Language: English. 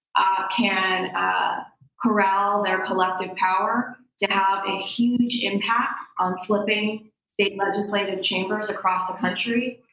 ah can corral their collective power to have a huge impact on flipping state legislative chambers across the country,